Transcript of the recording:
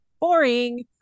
boring